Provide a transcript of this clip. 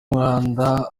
umwanda